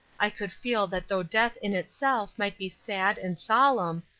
i could feel that though death in itself might be sad and solemn,